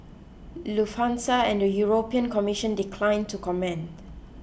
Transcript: lufthansa and the European Commission declined to comment